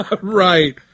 right